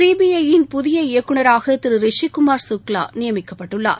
CBI யின் புதிய இயக்குனராக திரு ரிஷி குமார் சுக்லா நியமிக்கப்பட்டுள்ளார்